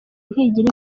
ntigira